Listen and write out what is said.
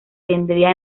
tendría